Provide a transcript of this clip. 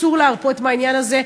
אסור להרפות מהעניין הזה,